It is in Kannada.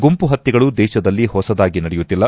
ಗುಂಪು ಪತ್ತೆಗಳು ದೇಶದಲ್ಲಿ ಹೊಸದಾಗಿ ನಡೆಯುತ್ತಿಲ್ಲ